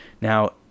now